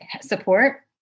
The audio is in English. support